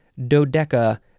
dodeca